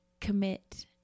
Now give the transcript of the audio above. commit